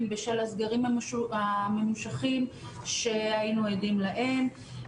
בשל הסגרים הממושכים שהיינו עדים להם.